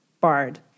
bard